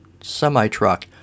semi-truck